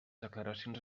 declaracions